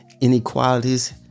inequalities